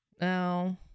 No